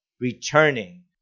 returning